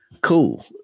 cool